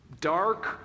dark